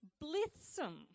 blithesome